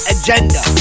Agenda